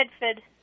Bedford